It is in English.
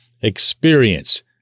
experience